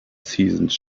seasons